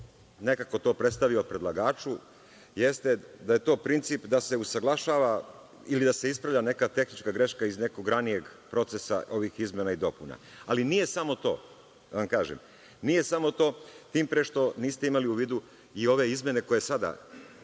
nekako to predstavio predlagaču, jeste da je to princip da se usaglašava ili da se ispravlja neka tehnička greška iz nekog ranijeg procesa, ovih izmena i dopuna. Ali, nije samo to, da vam kažem, nije samo to tim pre, što niste imali u vidu i ove izmene koje sada